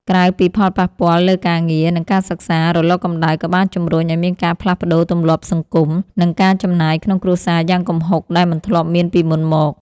ក្រៅពីផលប៉ះពាល់លើការងារ និងការសិក្សា រលកកម្ដៅក៏បានជម្រុញឱ្យមានការផ្លាស់ប្តូរទម្លាប់សង្គម និងការចំណាយក្នុងគ្រួសារយ៉ាងគំហុកដែលមិនធ្លាប់មានពីមុនមក។